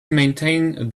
maintain